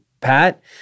Pat